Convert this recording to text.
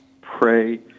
pray